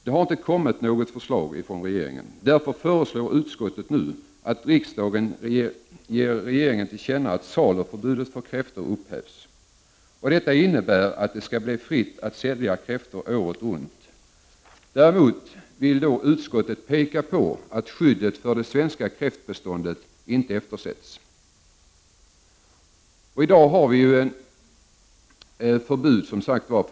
Det har inte kommit något förslag från regeringen, och därför föreslår utskottet att riksdagen ger regeringen till känna att saluförbudet för kräftor upphävs. Detta innebär att det skall bli fritt att sälja kräftor året runt. Däremot vill utskottet påpeka att skyddet för det svenska kräftbeståndet inte får eftersättas. Detta får regeringen ta hänsyn till vid utformande av ny fiskeriförordning.